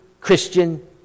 Christian